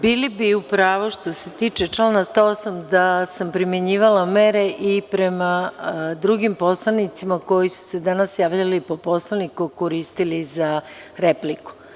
Bili bi u pravu što se tiče člana 108. da sam primenjivala mere i prema drugim poslanicima koji su se danas javljali po Poslovniku, a koristili za repliku.